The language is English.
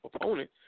opponent